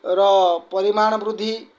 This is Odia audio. ର ପରିମାଣ ବୃଦ୍ଧି